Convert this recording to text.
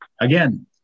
Again